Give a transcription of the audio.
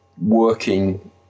working